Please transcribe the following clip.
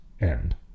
end